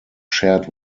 shared